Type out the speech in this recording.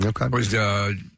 Okay